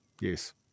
Yes